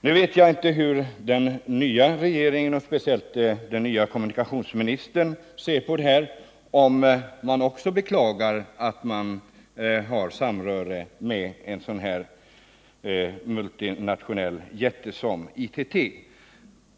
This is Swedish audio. Jag vet inte hur den nya regeringen och speciellt den nya kommunikationsministern ser på saken — om man också beklagar att man har samröre med en sådan multinationell jätte som ITT.